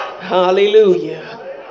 Hallelujah